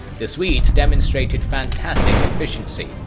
the swedes demonstrated fantastic efficiency,